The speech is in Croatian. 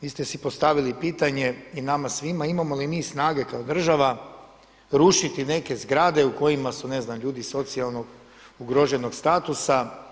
Vi ste si pojavili pitanje i nama svima imamo li mi snage kao država rušiti neke zgrade u kojima su ne znam ljudi socijalno ugroženog statusa.